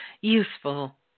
useful